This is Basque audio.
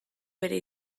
bere